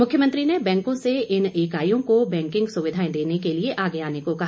मुख्यमंत्री ने बैंकों से इन इकाईयों को बैंकिंग सुविधाएं देने के लिए आगे आने को कहा